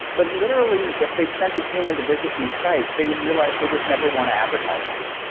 but literally if they sent a human to visit these sites, they would realize they would never want to advertise on them.